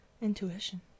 Intuition